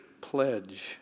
pledge